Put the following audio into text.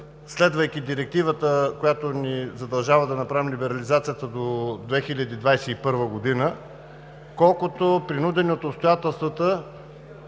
следвайки Директивата, която ни задължава да направим либерализацията до 2021 г., колкото принудени от обстоятелствата